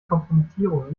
kompromittierung